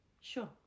Sure